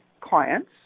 clients